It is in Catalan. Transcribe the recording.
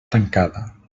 tancada